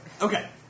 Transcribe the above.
Okay